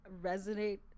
resonate